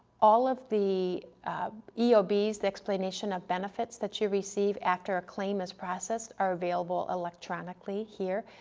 all of the eobs, the explanation of benefits that you receive after a claim is processed are available electronically here,